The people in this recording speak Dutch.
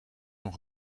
nog